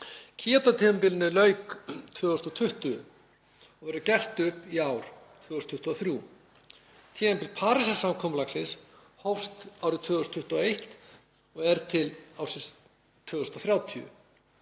Kyoto-tímabilinu lauk 2020 og verður gert upp í ár, 2023. Tímabil Parísarsamkomulagsins hófst árið 2021 og er til ársins 2030.